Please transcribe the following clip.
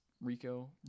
Rico